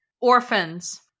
Orphans